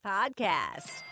Podcast